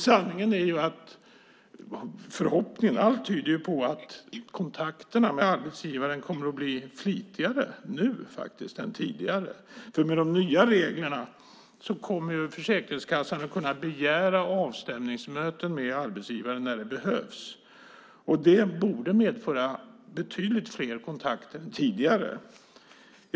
Sanningen är att allt tyder på att kontakterna med arbetsgivaren kommer att bli flitigare nu än tidigare. Med de nya reglerna kommer Försäkringskassan att kunna begära avstämningsmöten med arbetsgivaren när det behövs. Det borde medföra betydligt fler kontakter än tidigare.